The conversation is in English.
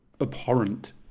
abhorrent